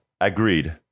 agreed